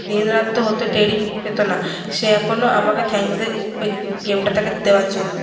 দিন রাত্রে হত টেরই পেতো না সে এখনও আমাকে থ্যাকংস দেয় ও ওই গেমটা তাকে দেওয়ার জন্য